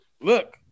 look